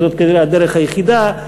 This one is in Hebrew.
שזאת כנראה הדרך היחידה,